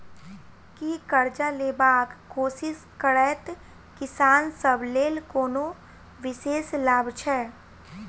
की करजा लेबाक कोशिश करैत किसान सब लेल कोनो विशेष लाभ छै?